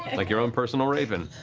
like your own personal raven.